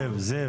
זיו, זיו.